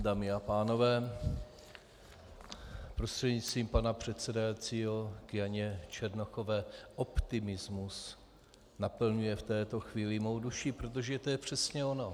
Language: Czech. Dámy a pánové, prostřednictvím pana předsedajícího k Janě Černochové: Optimismus naplňuje v této chvíli mou duši, protože to je přesně ono.